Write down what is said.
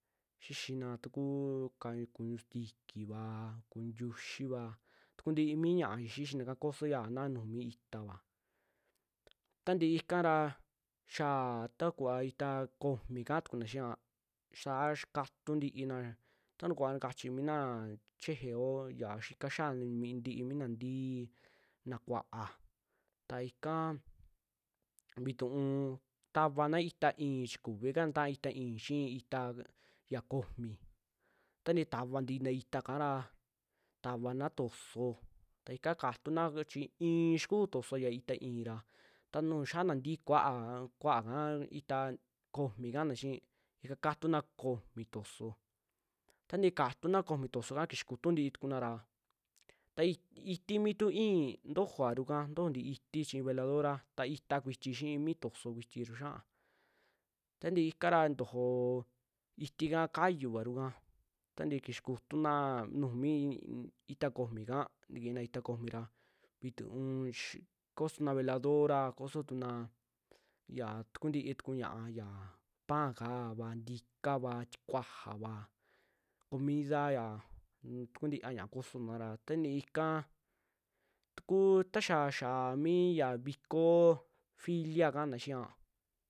Xixina takuu kaña kuñu sintikiva, kuñu ntuxiva, takuun ntii mii ñaa ya xixinaka koso yaana nuju mi itaava, taa ntii ikara, xaa taku itaa komi kaa tukuna xia saa xa katuu ntiina tantukuva chavi minaa chejeo xika xiaa ntii mi na nti'i na kuaa, ta ika vituu tavana itaa i'in chi kuvika nta ta'a itaa i'in xii itaa ya komi tantii tava ntiina itaaka ra, tavana tosoo ta ika katuna ko- chi i'i xikuu tosoo ya itaa i'in ra. tanu xiaa na'a ntii kuaaka itaa komi kaana xii, ika katuna komi tosoo tanti'i katuna komi tosooka kixa kutuu ntii tuku nara ta i- iti mi tu i'in tojovaru ka, tojo ntii iti chi veladora ta itaa kuiti xi'i mi tosoo kuiti ru xia'a, tantii ikara tojoo itika kayuvaru ika ta ntii kixa kutuna nuju mii itaa komika, ntikina itaa komi ra vituu ss kosona veladora, sokotuna ya takuun tii tuku ña'a yaa pan kavan ntikava, tikuajava, comida ya un tuku tiiva ña'a kosonara tantii ka, takuu taxa xaa mi ya vikoo filia kaana xia.